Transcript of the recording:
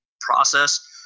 process